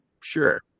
sure